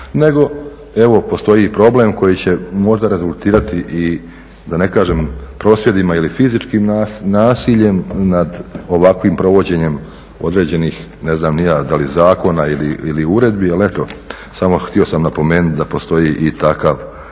nego evo postoji problem koji će možda rezultirati i prosvjedima ili fizičkim nasiljem nad ovakvim provođenjem određenih da li zakona ili uredbi, ali eto samo htio sam napomenut da postoji i takav problem.